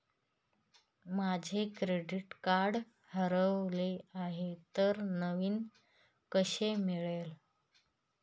माझे credit card हरवले आहे तर नवीन कसे मिळेल?